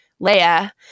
leia